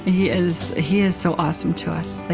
he is he is so awesome to us.